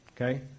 okay